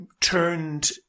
turned